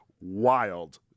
wild